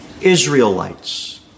Israelites